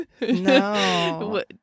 no